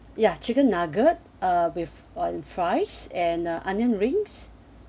ya chicken nuggets with fries and onion rings